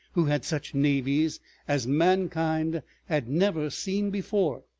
who had such navies as mankind had never seen before,